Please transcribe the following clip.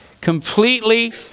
completely